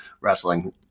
wrestling